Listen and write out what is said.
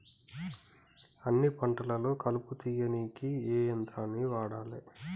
అన్ని పంటలలో కలుపు తీయనీకి ఏ యంత్రాన్ని వాడాలే?